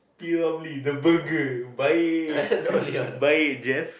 P-Ramlee the burger baik baik Jeff